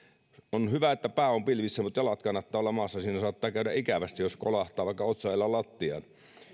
on hyvä että pää on pilvissä mutta jalat kannattaa olla maassa siinä saattaa käydä ikävästi jos kolahtaa vaikka otsa edellä lattiaan